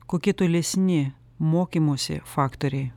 kokie tolesni mokymosi faktoriai